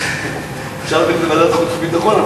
אפשר גם לוועדת החוץ והביטחון,